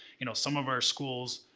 you know, some of our schools